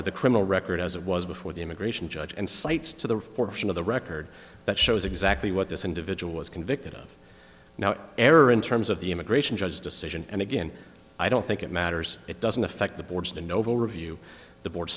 with a criminal record as it was before the immigration judge and cites to the portion of the record that shows exactly what this individual was convicted of now error in terms of the immigration judge decision and again i don't think it matters it doesn't affect the board's and noble review the board